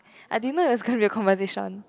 I didn't know there's gonna be a conversation